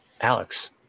Alex